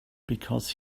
because